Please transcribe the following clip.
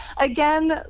Again